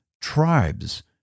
tribes